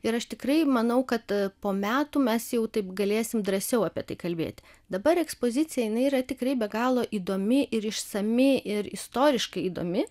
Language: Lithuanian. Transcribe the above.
ir aš tikrai manau kad po metų mes jau taip galėsim drąsiau apie tai kalbėti dabar ekspozicija jinai yra tikrai be galo įdomi ir išsami ir istoriškai įdomi